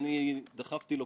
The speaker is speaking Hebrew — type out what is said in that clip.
מלהגיש מסקנות אישיות.